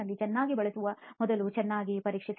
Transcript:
ನಲ್ಲಿ ಚೆನ್ನಾಗಿ ಬಳಸುವ ಮೊದಲು ಇವುಗಳನ್ನು ಸರಿಯಾಗಿ ಪರೀಕ್ಷಿಸಿ